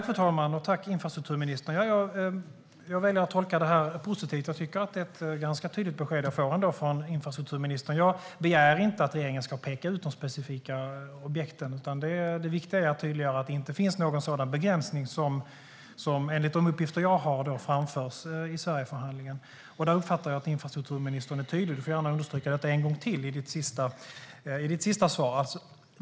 Fru talman! Tack, infrastrukturministern! Jag väljer att tolka det här positivt. Jag tycker att det är ett ganska tydligt besked jag får från infrastrukturministern. Jag begär inte att regeringen ska peka ut de specifika objekten, utan det viktiga är att tydliggöra att det inte finns någon sådan begränsning som enligt de uppgifter jag har framförs i Sverigeförhandlingen. Där uppfattar jag att infrastrukturministern är tydlig. Hon får gärna understryka detta en gång till i sitt sista svar.